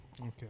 Okay